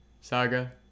saga